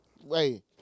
Wait